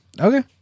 Okay